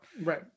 Right